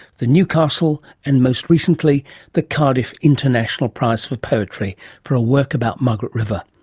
the newcastle, and most recently the cardiff international prize for poetry for a work about margaret river.